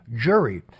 jury